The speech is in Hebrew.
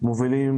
לצערי מובילים